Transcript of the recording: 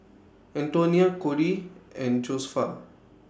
Antonia Kody and Josefa